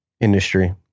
industry